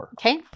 Okay